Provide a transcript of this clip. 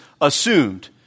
assumed